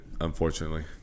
unfortunately